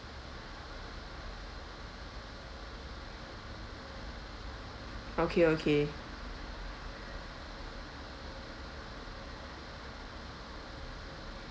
okay okay